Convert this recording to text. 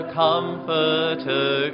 comforter